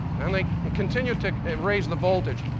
then they continued to raise the voltage.